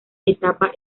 etapa